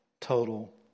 total